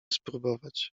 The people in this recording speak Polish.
spróbować